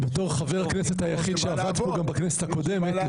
בתור חבר הכנסת היחיד שעבד פה גם בכנסת הקודמת,